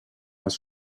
was